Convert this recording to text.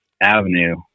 avenue